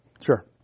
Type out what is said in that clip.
Sure